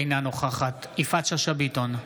אינה נוכחת יפעת שאשא ביטון,